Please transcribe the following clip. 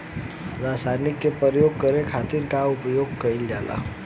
रसायनिक के प्रयोग करे खातिर का उपयोग कईल जाला?